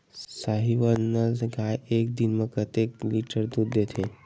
साहीवल नस्ल गाय एक दिन म कतेक लीटर दूध देथे?